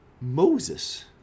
Moses